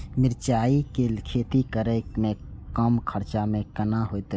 मिरचाय के खेती करे में कम खर्चा में केना होते?